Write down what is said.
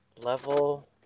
Level